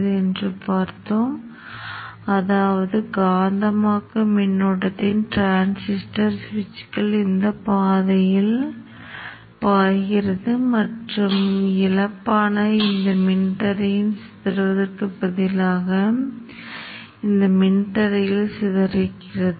நான் DC DC கோப்புறையைத் திறக்கிறேன் மற்றும் இந்த கோப்புறையில் நான் ஏற்கனவே திட்டக் கோப்பில் முன்னோக்கி மாற்றிக்கான திட்டத்தை எழுதியுள்ளேன் மேலும் முன்னோக்கி டாட் சிர் கோப்பையும் நம்முடைய தனிப்பயன் மாதிரிகளைக் கொண்ட edt01 டாட் துணை கோப்பையும் உருவாக்கியுள்ளேன்